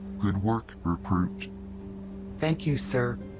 good work, recruit thank you, sir.